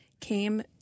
came